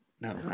No